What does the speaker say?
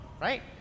right